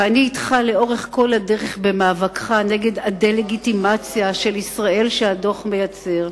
ואני אתך לאורך כל הדרך במאבקך נגד הדה-לגיטימציה של ישראל שהדוח מייצר.